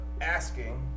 asking